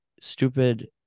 stupid